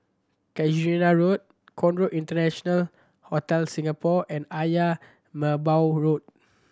Casuarina Road Conrad International Hotel Singapore and Ayer Merbau Road